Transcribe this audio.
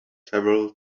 several